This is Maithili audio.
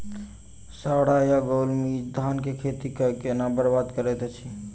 साढ़ा या गौल मीज धान केँ खेती कऽ केना बरबाद करैत अछि?